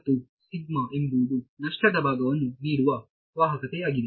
ಮತ್ತು ಸಿಗ್ಮಾ ಎಂಬುದು ನಷ್ಟದ ಭಾಗವನ್ನು ನೀಡುವ ವಾಹಕತೆಯಾಗಿದೆ